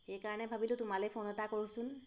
সেইকাৰণে ভাবিলোঁ তোমালৈ ফোন এটা কৰোঁচোন